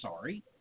sorry